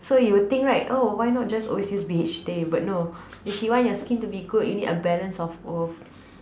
so you will think right oh why not just always use B_H_A but no if you want your skin to be good you need a balance of both